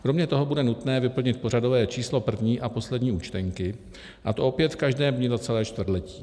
Kromě toho bude nutné vyplnit pořadové číslo první a poslední účtenky, a to opět v každém dni za celé čtvrtletí.